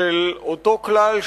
של אותו כלל,